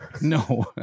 no